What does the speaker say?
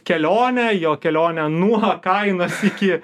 kelionę jo kelionę nuo kainos iki